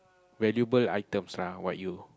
valuable items lah what you